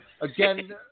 again